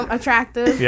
Attractive